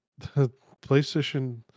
PlayStation